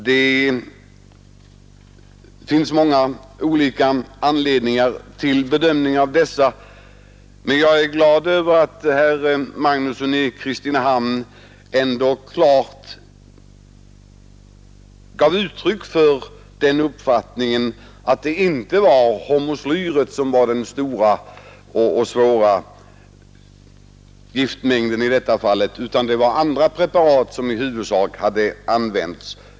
Det finns många olika bedömningar, men jag är glad över att herr Magnusson i Kristinehamn klart gav uttryck för uppfattningen att det inte var hormoslyret som var orsaken i detta fall utan att det i huvudsak var andra preparat som hade använts.